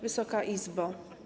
Wysoka Izbo!